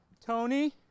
Tony